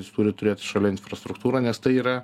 jūs turit turėt šalia infrastruktūrą nes tai yra